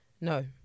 No